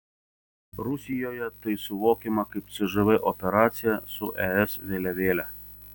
rusijoje tai suvokiama kaip cžv operacija su es vėliavėle